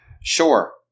sure